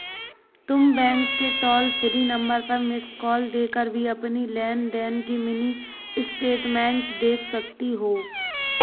तुम बैंक के toll free number पर मिस्ड कॉल देकर भी अपनी लेन देन की मिनी स्टेटमेंट देख सकती हो